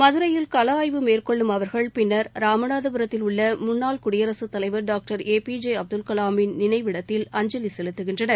மதுரையில் கள ஆய்வு மேற்கொள்ளும் அவர்கள் பின்னர் ராமநாதபுரத்தில் உள்ள முன்னாள் குடியரசுத் தலைவர் டாக்டர் ஏ பி ஜே அப்துல்கலாமின் நினைவிடத்தில் அஞ்சலி செலுத்துகின்றனர்